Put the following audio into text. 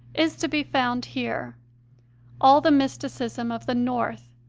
is to be found here all the mysticism of the north,